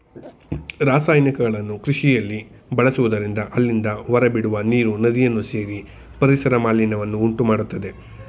ರಾಸಾಯನಿಕಗಳನ್ನು ಕೃಷಿಯಲ್ಲಿ ಬಳಸುವುದರಿಂದ ಅಲ್ಲಿಂದ ಹೊರಬಿಡುವ ನೀರು ನದಿಯನ್ನು ಸೇರಿ ಪರಿಸರ ಮಾಲಿನ್ಯವನ್ನು ಉಂಟುಮಾಡತ್ತದೆ